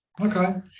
Okay